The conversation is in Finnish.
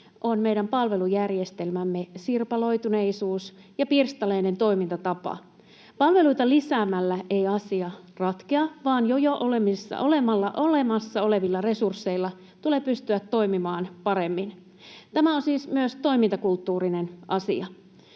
on meidän palvelujärjestelmämme sirpaloituneisuus ja pirstaleinen toimintatapa. Palveluita lisäämällä ei asia ratkea, vaan jo olemassa olevilla resursseilla tulee pystyä toimimaan paremmin. Tämä on siis myös toimintakulttuurinen asia.